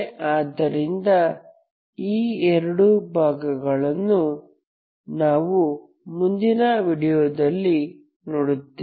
ಆದ್ದರಿಂದ ಈ ಎರಡು ಭಾಗಗಳನ್ನು ನಾವು ಮುಂದಿನ ವೀಡಿಯೋದಲ್ಲಿ ನೋಡುತ್ತೇವೆ